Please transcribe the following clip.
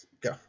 Go